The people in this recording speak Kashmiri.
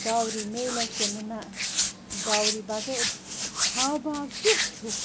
ڈاوری میلا کِنہٕ نہ ڈاوری بغٲر ہاو باو کیُتھ چھُکھ